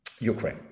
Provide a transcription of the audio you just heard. ukraine